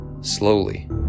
slowly